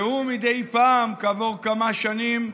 והוא מדי פעם, כעבור כמה שנים,